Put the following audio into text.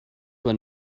were